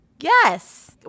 Yes